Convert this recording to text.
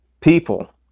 people